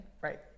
right